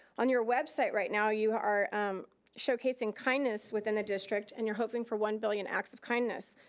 on your website right now, you are showcasing kindness within the district and you're hoping for one billion acts of kindness.